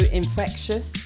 infectious